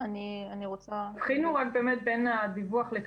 ואני מבין את ההיגיון שאין